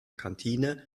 kantine